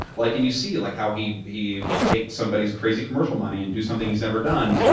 like and you see like how he he will take somebody's crazy commercial money and do something he's never done.